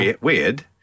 Weird